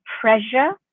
pressure